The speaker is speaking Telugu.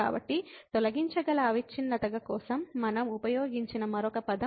కాబట్టి తొలగించగల అవిచ్ఛిన్నతగా మనం ఉపయోగించిన మరొక పదం ఉంది